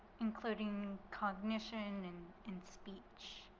including cognition and and speech.